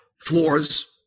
floors